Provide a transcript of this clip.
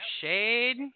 shade